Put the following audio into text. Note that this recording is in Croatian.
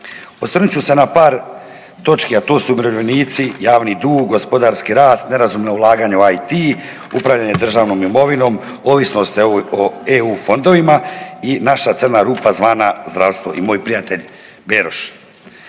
Osvrnut ću se na par točki a to su umirovljenici, javni dug, gospodarski rast, nerazumna ulaganja u IT, upravljanje državnom imovinom, ovisnost o EU fondovima i naša crna rupa zvana zdravstvo i moj prijatelj Beroš.